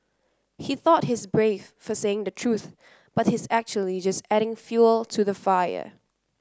he thought he's brave for saying the truth but he's actually just adding fuel to the fire